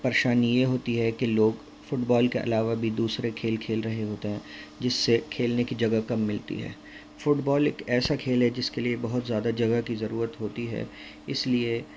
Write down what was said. پریشانی یہ ہوتی ہے کہ لوگ فٹ بال کے علاوہ بھی دوسرے کھیل کھیل رہے ہوتے ہیں جس سے کھیلنے کی جگہ کم ملتی ہے فٹ بال ایک ایسا کھیل ہے جس کے لیے بہت زیادہ جگہ کی ضرورت ہوتی ہے اس لیے